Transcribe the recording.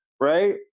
right